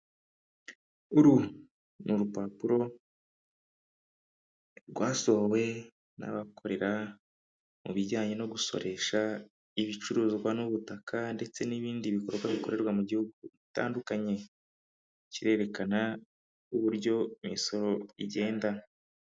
Uru ni urupapuro rwasohowe n'abakorera mu bijyanye no gusoresha ibicuruzwa n'ubutaka ndetse n'ibindi bikorwa bikorerwa mu gihugu bitandukanye, kirerekana uburyo imisoro igenda.